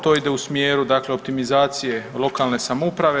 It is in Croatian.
To ide u smjeru dakle optimizacije lokalne samouprave.